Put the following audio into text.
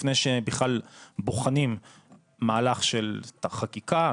לפני שבכלל בוחנים מהלך של חקיקה,